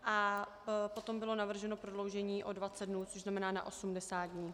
A potom bylo navrženo prodloužení o 20 dnů, což znamená na 80 dnů.